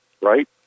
right